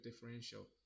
differential